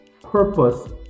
Purpose